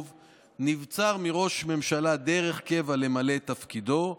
"נבצר מראש ממשלה דרך קבע למלא את תפקידו,